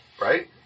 Right